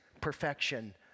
perfection